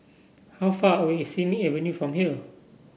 how far away is Simei Avenue from here